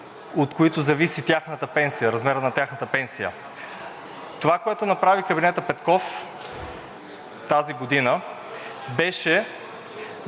от които зависи размерът на тяхната пенсия. Това, което направи кабинетът „Петков“ тази година, беше